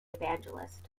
evangelist